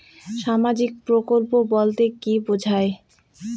সামাজিক প্রকল্প বলতে কি বোঝায়?